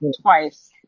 twice